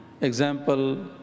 example